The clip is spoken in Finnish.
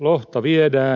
lohta viedään